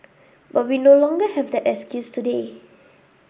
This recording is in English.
but we no longer have that excuse today